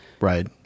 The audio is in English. Right